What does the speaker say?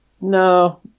No